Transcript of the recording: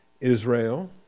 Israel